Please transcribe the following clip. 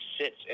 sits